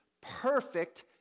perfect